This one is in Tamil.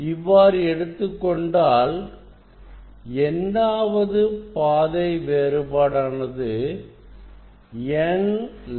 இவ்வாறு எடுத்துக்கொண்டால் n ஆவது பாதை வேறுபாடானது n lambda